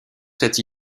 cette